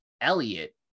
elliot